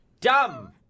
Dumb